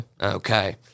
Okay